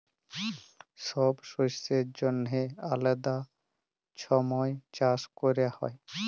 ছব শস্যের জ্যনহে আলেদা ছময় চাষ ক্যরা হ্যয়